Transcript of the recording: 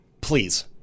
Please